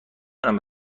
تونم